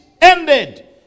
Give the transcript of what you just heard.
ended